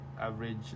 average